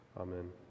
Amen